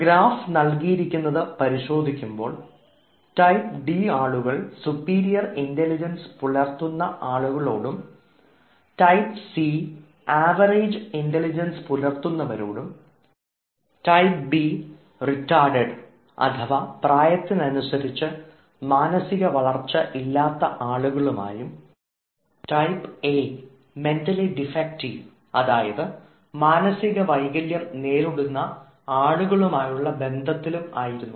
graphic നൽകിയിരിക്കുന്നത് പരിശോധിക്കുമ്പോൾ type D ആളുകൾ സുപ്പീരിയർ ഇൻറലിജൻസ് പുലർത്തുന്ന ആളുകളൊടും ടൈപ്പ് സി ആവറേജ് ഇൻറലിജൻസ് പുലർത്തുന്നവരൊടും ടൈപ്പ് ബി റീട്ടാർഡഡ് അഥവാ പ്രായത്തിനനുസരിച്ച് മാനസിക വളർച്ച ഇല്ലാത്ത ആളുകളുമായും ടൈപ്പ് എ മെൻറലി ഡിഫക്ടീവ് അതായത് മാനസിക വൈകല്യം നേരിടുന്ന ആളുകളുമായുള്ള ബന്ധത്തിലും ആയിരുന്നു